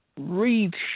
read